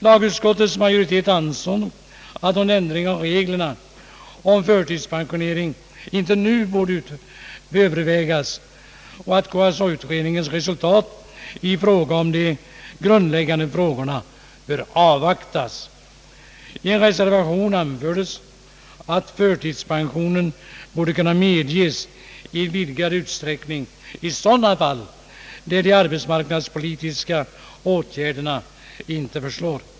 Lagutskottets majoritet ansåg att någon ändring av reglerna om förtidspensionering inte nu borde övervägas utan att KSA-utredningens resultat beträffande de grundläggande frågorna bör avvaktas. I en reservation anfördes att förtidspension borde kunna medges i vidgad utsträckning i sådana fall där de arbetsmarknadspolitiska åtgärderna inte förslår.